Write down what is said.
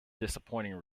disappointing